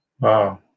Wow